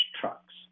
trucks